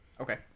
okay